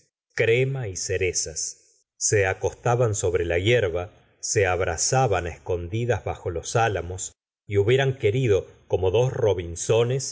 crema y cerezas se acostaban sobre la hierba se abrazaban á escondidas bajo los álamos y hubieran querido como dos robinsones